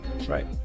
right